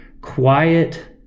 quiet